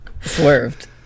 Swerved